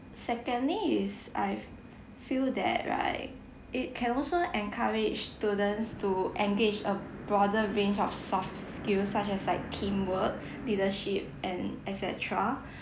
secondly is I f~ feel that right it can also encourage students to engage a broader range of soft skills such as like teamwork leadership and et cetera